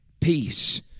peace